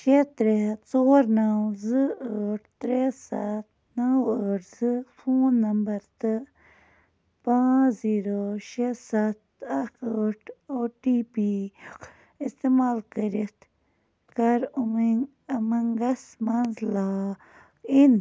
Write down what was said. شےٚ ترٛےٚ ژور نَو زٕ ٲٹھ ترٛےٚ سَتھ نَو ٲٹھ زٕ فون نمبر تہٕ پانٛژھ زِیٖرو شےٚ سَتھ اَکھ ٲٹھ او ٹی پی اِستعمال کٔرِتھ کَر اُمٮ۪ن اُمنٛگس مَنٛز لا اِن